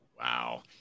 Wow